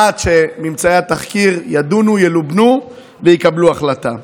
להשעות את הלוחם עד שממצאי התחקיר יידונו וילובנו ויקבלו החלטה.